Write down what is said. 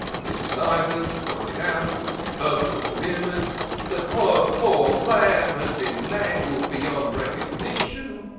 mrs. isaacs pointed out with superfluous vehemence that her poor lamb had been mangled beyond recognition.